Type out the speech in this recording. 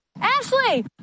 Ashley